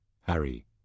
Harry